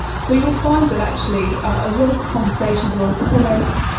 so you'll find that actually a lot of conversations, a lot of comments,